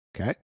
Okay